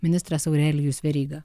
ministras aurelijus veryga